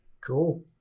Cool